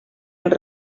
els